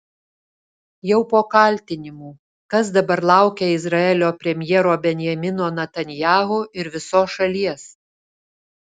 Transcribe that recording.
jau po kaltinimų kas dabar laukia izraelio premjero benjamino netanyahu ir visos šalies